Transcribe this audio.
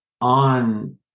on